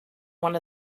one